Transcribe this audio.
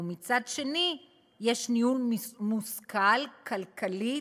ומצד שני יש ניהול מושכל כלכלית,